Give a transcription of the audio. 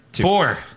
Four